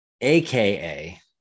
AKA